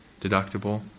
deductible